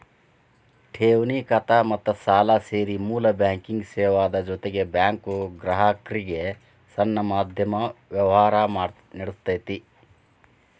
ಠೆವಣಿ ಖಾತಾ ಮತ್ತ ಸಾಲಾ ಸೇರಿ ಮೂಲ ಬ್ಯಾಂಕಿಂಗ್ ಸೇವಾದ್ ಜೊತಿಗೆ ಬ್ಯಾಂಕು ಗ್ರಾಹಕ್ರಿಗೆ ಸಣ್ಣ ಮಧ್ಯಮ ವ್ಯವ್ಹಾರಾ ನೇಡ್ತತಿ